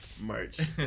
merch